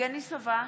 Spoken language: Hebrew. יבגני סובה,